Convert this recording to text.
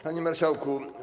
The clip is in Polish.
Panie Marszałku!